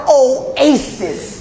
oasis